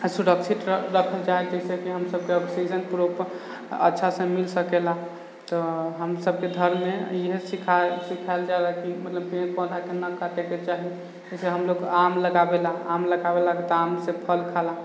सुरक्षित रखल जाय जाहिसेकी हमसबके ऑक्सीजन प्रोपर अच्छा से मिल सकेला तऽ हमसबके धर्म मे ईहे सिखायल जाला की मतलब पेड़ पौधा के न काटा के चाही जइसे हमलोग आम लगाबेला आम लगाबेला तऽ आम से फल खाला